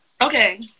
Okay